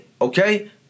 okay